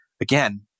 again